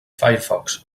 firefox